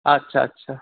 আচ্ছা আচ্ছা